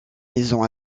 maisons